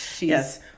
Yes